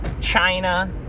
China